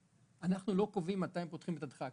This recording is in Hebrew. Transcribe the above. אנחנו לא קובעים בתקנות האלה מתי פותחים את המרכז,